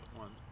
one